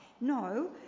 No